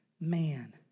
man